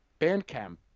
Bandcamp